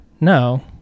no